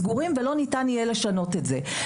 סגורים ולא ניתן יהיה לשנות את זה.